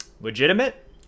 legitimate